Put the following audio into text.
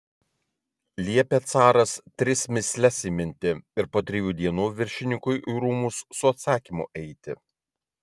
liepė caras tris mįsles įminti ir po trijų dienų viršininkui į rūmus su atsakymu eiti